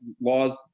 laws